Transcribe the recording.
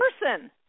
person